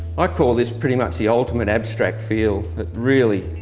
i call his pretty much the ultimate abstract feel. it really,